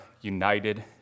united